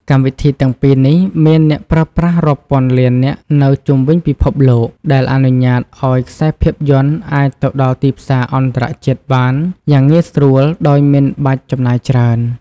កម្មវិធីទាំងពីរនេះមានអ្នកប្រើប្រាស់រាប់ពាន់លាននាក់នៅជុំវិញពិភពលោក ដែលអនុញ្ញាតឱ្យខ្សែភាពយន្តអាចទៅដល់ទីផ្សារអន្តរជាតិបានយ៉ាងងាយស្រួលដោយមិនបាច់ចំណាយច្រើន។